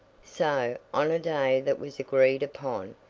so, on a day that was agreed upon,